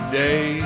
day